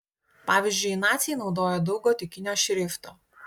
pavyzdžiui naciai naudojo daug gotikinio šrifto